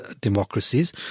democracies